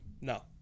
No